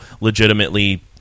legitimately